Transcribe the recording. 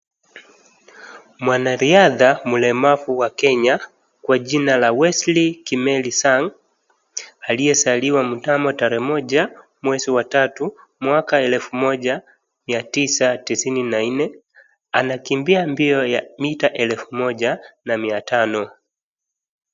Mwanariadha mlemavu wa kenya kwa jina la wesley kimeli sang, aliyezaliwa mnamo tarehe moja, mwezi wa tatu, mwaka wa elfu moja mia tisa tisini na nne. Anakimbia mbio ya mita elfu moja na mia tano.